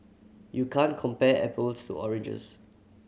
you can't compare apples to oranges